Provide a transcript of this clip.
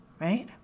right